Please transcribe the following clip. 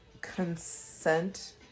consent